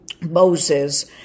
Moses